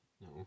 No